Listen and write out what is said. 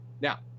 now